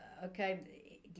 Okay